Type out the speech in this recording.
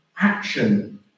action